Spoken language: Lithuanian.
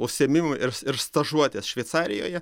užsiėmimai ir stažuotės šveicarijoje